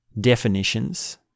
definitions